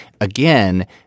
Again